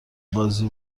بازی